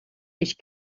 ich